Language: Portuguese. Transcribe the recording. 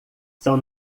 são